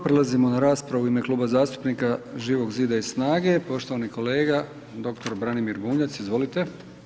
Prelazimo na raspravu u ime Kluba zastupnika Živog Zida i SNAGA-e, poštovani kolega dr. Branimir Bunjac, izvolite.